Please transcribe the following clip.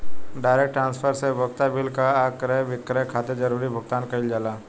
direct transfer से उपभोक्ता bill कर आ क्रय विक्रय खातिर जरूरी भुगतान कईल जाला